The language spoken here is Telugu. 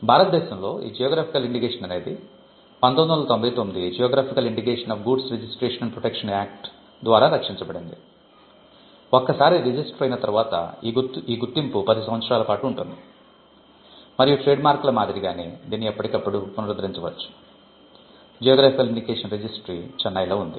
భారతదేశంలో ఈ జియోగ్రాఫికల్ ఇండికేషన్ చెన్నైలో ఉంది